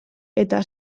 eta